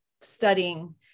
studying